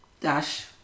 dash